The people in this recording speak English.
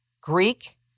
Greek